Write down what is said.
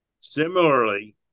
similarly